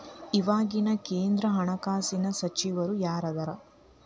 ಇವಾಗಿನ ಕೇಂದ್ರ ಹಣಕಾಸಿನ ಸಚಿವರು ಯಾರದರ